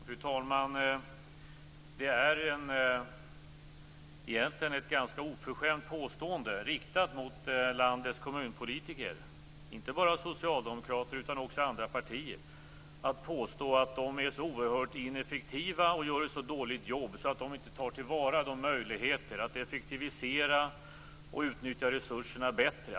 Fru talman! Det är egentligen ett ganska oförskämt påstående riktat mot landets kommunpolitiker - inte bara socialdemokrater utan också från andra partier - att påstå att de är så oerhört ineffektiva och gör ett så dåligt jobb att de inte tar till vara möjligheterna att effektivisera och utnyttja resurserna bättre.